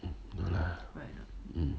um no lah mm